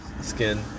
skin